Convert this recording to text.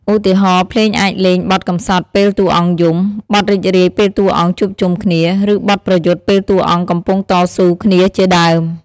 ឧទាហរណ៍ ភ្លេងអាចលេងបទកំសត់ពេលតួអង្គយំ បទរីករាយពេលតួអង្គជួបជុំគ្នា ឬបទប្រយុទ្ធពេលតួអង្គកំពុងតស៊ូគ្នាជាដើម។